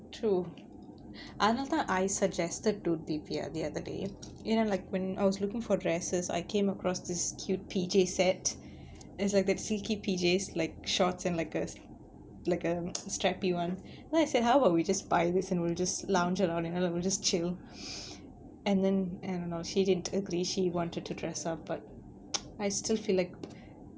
true அதுனால தான்:athunaala thaan I suggested to divya the other day you know like when I was looking for dresses I came across this cute pj set it's like the P_Js like shorts and like a like a stripy one then I said how about we just buy this and we'll just lounge around and then we'll just chill and then I don't know she didn't agree she wanted to dress up but I still feel like